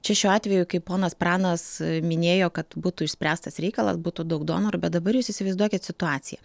čia šiuo atveju kaip ponas pranas minėjo kad būtų išspręstas reikalas būtų daug donorų bet dabar jūs įsivaizduokit situaciją